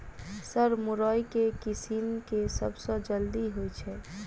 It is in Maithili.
सर मुरई केँ किसिम केँ सबसँ जल्दी होइ छै?